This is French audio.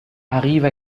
arrive